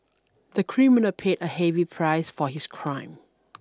the criminal paid a heavy price for his crime